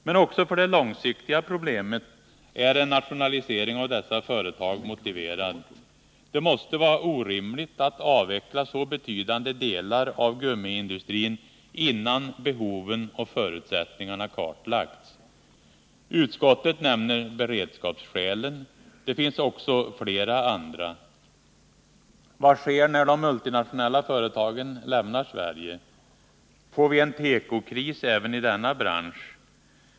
Men också för det långsiktiga problemet är en nationalisering av dessa företag motiverad. Det måste vara orimligt att avveckla så betydande delar av gummiindustrin innan behoven och förutsättningarna kartlagts. Utskottet nämner beredskapsskälen. Det finns också flera andra. Vad sker när de multinationella företagen lämnar Sverige? Får vi en ”tekokris” även i denna bransch?